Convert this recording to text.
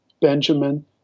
Benjamin